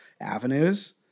avenues